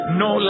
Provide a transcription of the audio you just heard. no